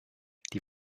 die